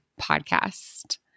podcast